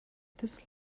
this